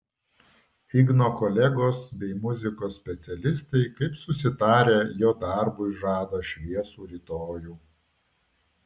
igno kolegos bei muzikos specialistai kaip susitarę jo darbui žada šviesų rytojų